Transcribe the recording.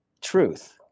truth